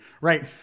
right